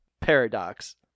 Paradox